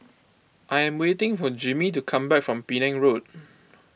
I am waiting for Jimmie to come back from Penang Road